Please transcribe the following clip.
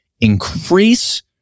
increase